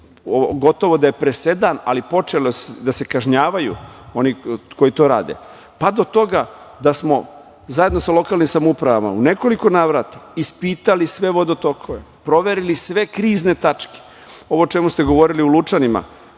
gotovo da je presedan, i da su počeli da se kažnjavaju oni koji to rade. Pa, do toga da smo zajedno sa lokalnim samoupravama u nekoliko navrata ispitali sve vodotokove, proverili sve krizne tačke. Ovo o čemu ste govorili, u Lučanima,